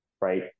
right